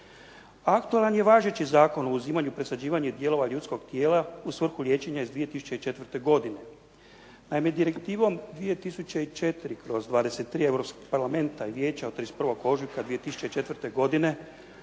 Aktualan je važeći Zakon o uzimanju i presađivanju dijelova ljudskog tijela u svrhu liječenja iz 2004. godine. Naime, Direktivom 2004/23 Europskog parlamenta i Vijeća od 31. ožujka 2004. godine